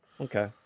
Okay